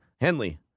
Henley